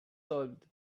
solved